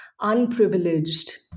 unprivileged